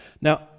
Now